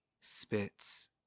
spits